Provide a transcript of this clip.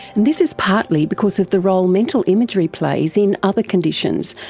and this is partly because of the role mental imagery plays in other conditions,